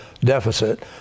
deficit